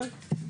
כן,